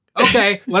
Okay